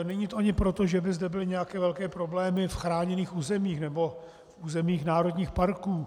Není to ani proto, že by zde byly nějaké velké problémy v chráněných územích nebo v územích národních parků.